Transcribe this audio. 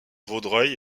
vaudreuil